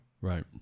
Right